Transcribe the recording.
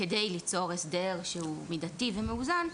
כדי ליצור הסדר שהוא מידתי ומאוזן.